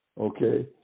Okay